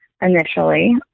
initially